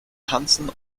tanzen